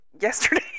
yesterday